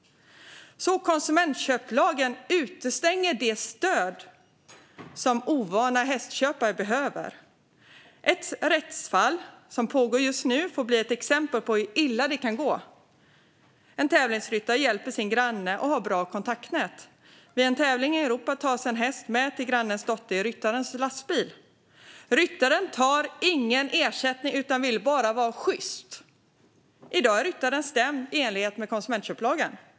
Konsumentköplagen utestänger alltså det stöd som ovana hästköpare behöver. Ett rättsfall som pågår just nu får bli ett exempel på hur illa det kan gå. En tävlingsryttare hjälper sin granne och har bra kontaktnät. Vid en tävling i Europa tas en häst med till grannens dotter i ryttarens lastbil. Ryttaren tar ingen ersättning utan vill bara vara sjyst. I dag är ryttaren stämd i enlighet med konsumentköplagen.